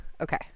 Okay